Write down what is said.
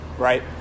right